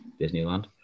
Disneyland